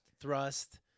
thrust